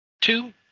two